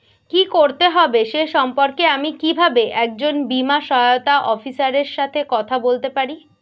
কী করতে হবে সে সম্পর্কে আমি কীভাবে একজন বীমা সহায়তা অফিসারের সাথে কথা বলতে পারি?